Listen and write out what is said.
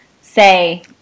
say